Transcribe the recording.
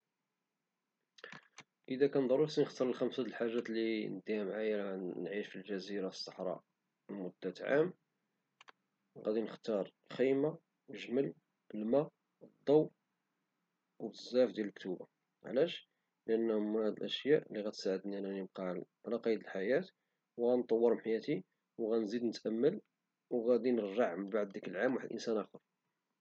إذا كان ضروري خصني نختار خمسة ديال الحاجات لي نديها معي في الجزيرة في الصحراء لمدة عام غدي نختار خيمة الجمل الماء الضوء وبزاف ديال كتب، علاش؟ لأن هي هدي الأشياء لي غتساعدني أنني نبقى على وغنطور من حياتي وعنزيد نتأمل وغدي نرجع من بعد ديك العام واحد الإنسان آخر.